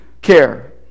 care